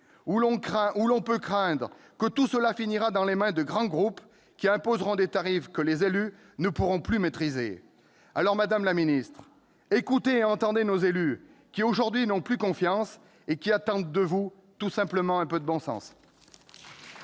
où l'on peut craindre que tout cela ne finisse dans les mains de grands groupes qui imposeront des tarifs que les élus ne pourront plus maîtriser. Alors, madame la ministre, écoutez et entendez nos élus locaux, qui aujourd'hui n'ont plus confiance et qui attendent de vous tout simplement un peu de bon sens